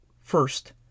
First